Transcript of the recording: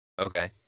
Okay